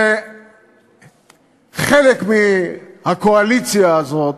וחלק מהקואליציה הזאת,